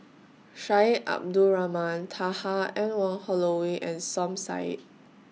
Syed Abdulrahman Taha Anne Wong Holloway and Som Said